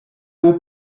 will